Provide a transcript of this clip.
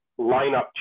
lineup